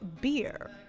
beer